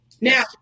Now